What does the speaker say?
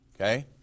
Okay